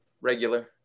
Regular